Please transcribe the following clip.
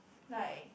like